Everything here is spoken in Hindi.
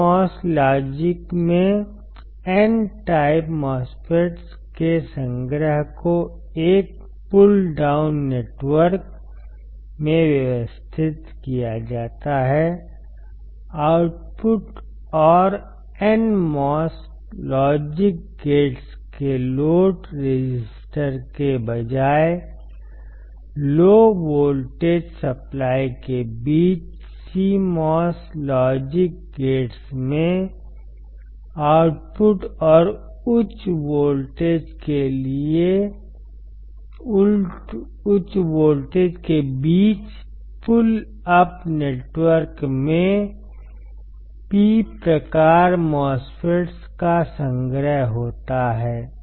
CMOS लॉजिक में N टाइप MOSFETs के संग्रह को एक पुल डाउन नेटवर्क में व्यवस्थित किया जाता है आउटपुट और NMOS लॉजिक गेट्स के लोड रेसिस्टर के बजाय लो वोल्टेज सप्लाई के बीच CMOS लॉजिक गेट्स में आउटपुट और उच्च वोल्टेज के बीच पुल अप नेटवर्क में P प्रकार MOSFETs का संग्रह होता है